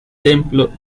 templo